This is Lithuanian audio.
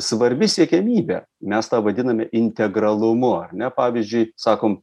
svarbi siekiamybė mes tą vadiname integralumu ar ne pavyzdžiui sakom